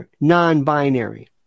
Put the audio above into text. non-binary